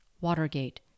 Watergate